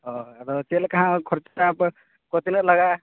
ᱦᱳᱭ ᱟᱫᱚ ᱪᱮᱫ ᱞᱮᱠᱟᱦᱟᱸᱜ ᱠᱷᱚᱨᱪᱟᱫᱚ ᱟᱫᱚ ᱛᱤᱱᱟᱹᱜ ᱞᱟᱜᱟᱜᱼᱟ